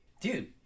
Dude